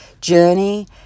journey